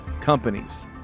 companies